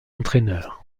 entraîneurs